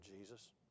Jesus